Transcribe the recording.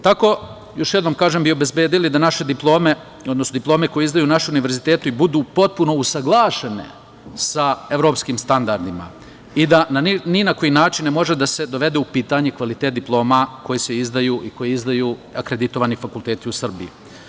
Tako bi, još jednom kažem, obezbedili da naše diplome, odnosno diplome koje izdaju naši univerziteti budu potpuno usaglašene sa evropskim standardima i da ni na koji način ne može da se dovede u pitanje kvalitet diploma koje izdaju akreditovani fakulteti u Srbiji.